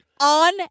on